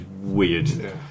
weird